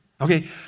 Okay